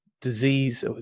disease